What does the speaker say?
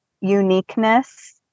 uniqueness